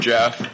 Jeff